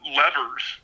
levers